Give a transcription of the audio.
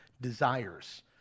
desires